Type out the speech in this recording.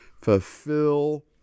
fulfill